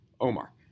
Omar